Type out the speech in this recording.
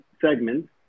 segments